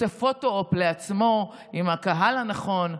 עושה פוטו-אופ לעצמו עם הקהל הנכון.